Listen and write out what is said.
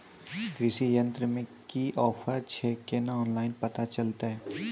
कृषि यंत्र मे की ऑफर छै केना ऑनलाइन पता चलतै?